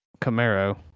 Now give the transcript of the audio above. Camaro